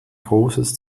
großes